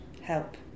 Help